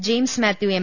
James Mathew M